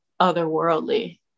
otherworldly